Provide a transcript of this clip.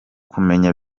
kumenya